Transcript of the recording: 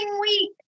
week